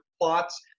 plots